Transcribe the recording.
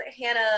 Hannah